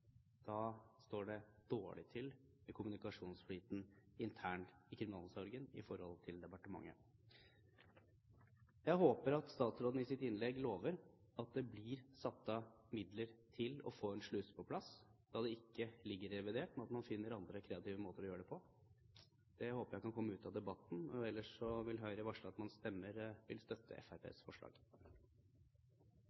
da står det dårlig til med kommunikasjonsflyten fra kriminalomsorgen til departementet. Jeg håper at statsråden i sitt innlegg lover at det blir satt av midler til å få en sluse på plass – da dette ikke ligger i revidert, at man finner andre, kreative måter å gjøre det på. Det håper jeg kan komme ut av debatten. Ellers vil Høyre varsle at man vil støtte